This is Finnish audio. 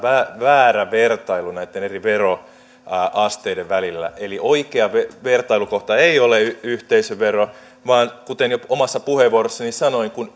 väärä vertailu näitten eri veroasteiden välillä eli oikea vertailukohta ei ole yhteisövero vaan kuten jo omassa puheenvuorossani sanoin kun